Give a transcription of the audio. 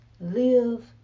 Live